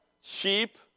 sheep